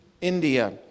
India